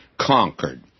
conquered